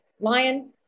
lion